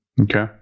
Okay